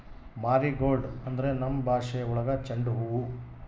marigold ಅಂದ್ರೆ ನಮ್ ಭಾಷೆ ಒಳಗ ಚೆಂಡು ಹೂವು